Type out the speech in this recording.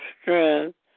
strength